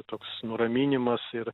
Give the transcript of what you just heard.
toks nuraminimas ir